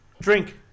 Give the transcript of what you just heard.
drink